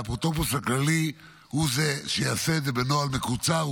והאפוטרופוס הכללי הוא זה שיעשה את זה בנוהל מקוצר.